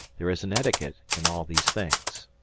there is an etiquette in all these things.